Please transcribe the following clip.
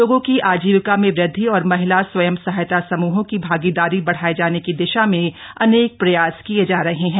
लोगों की आजीविका में वृदधि और महिला स्वयं सहायता समूहों की भागीदारी बढ़ाये जाने की दिशा में अनेक प्रयास किये जा रहे हैं